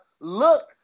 look